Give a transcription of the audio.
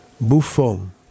Buffon